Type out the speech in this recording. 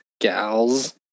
gals